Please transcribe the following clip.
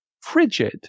frigid